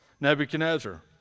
Nebuchadnezzar